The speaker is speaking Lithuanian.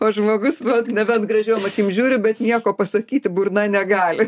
o žmogus nebent gražiom akim žiūri bet nieko pasakyti burna negali